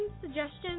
suggestions